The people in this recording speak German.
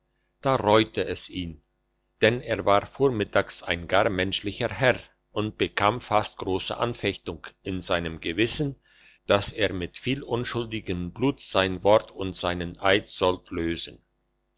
da reute es ihn denn er war vormittags ein gar menschlicher herr und bekam fast grosse anfechtung in seinem gewissen dass er mit viel unschuldigem blut sein wort und seinen eid sollt lösen